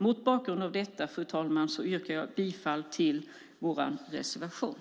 Mot bakgrund av detta, fru talman, yrkar jag bifall till vår reservation.